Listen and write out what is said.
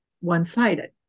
one-sided